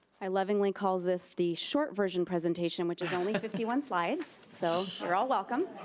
i lovingly call this the short version presentation which is only fifty one slides, so you're all welcome,